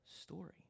story